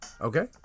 Okay